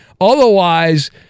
Otherwise